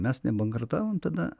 mes nebankrutavom tada